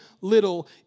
little